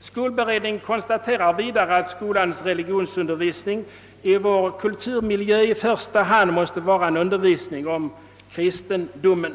Skolberedningen konstaterar vidare, att skolans religionsundervisning i vår kulturmiljö i första hand måste vara en undervisning om kristendomen.